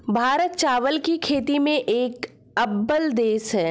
भारत चावल की खेती में एक अव्वल देश है